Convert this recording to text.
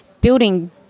building